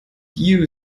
you